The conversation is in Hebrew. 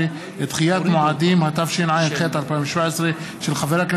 התשע"ז 2016, נתקבלה.